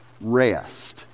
Rest